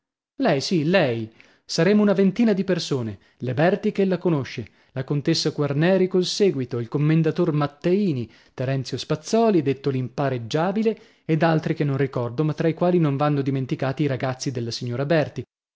lei sì lei saremo una ventina di persone le berti ch'ella conosce la contessa quarneri col sèguito il commendator matteini terenzio spazzòli detto l'impareggiabile ed altri che non ricordo ma tra i quali non vanno dimenticati i ragazzi della signora berti